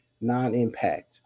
non-impact